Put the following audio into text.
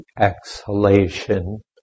exhalation